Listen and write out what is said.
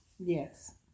Yes